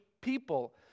people